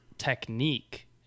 technique